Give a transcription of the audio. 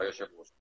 היושב ראש.